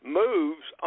moves